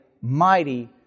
mighty